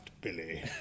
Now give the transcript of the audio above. billy